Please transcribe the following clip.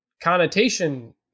connotation